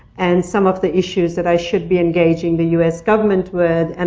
and some of the issues that i should be engaging the us government with, and